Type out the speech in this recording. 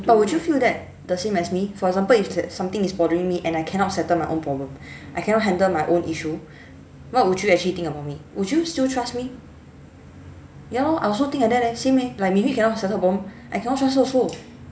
but would you feel that the same as me for example if that something is bothering me and I cannot settle my own problem I cannot handle my own issue what would you actually think about me would you still trust me ya lor I also think like that leh same eh like min hui cannot settle her problem I cannot trust her also